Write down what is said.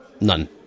none